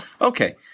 Okay